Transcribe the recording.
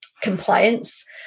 compliance